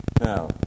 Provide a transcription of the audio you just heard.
Now